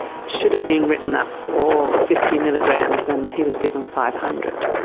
should have been written up for fifty milligrams and he was given five hundred.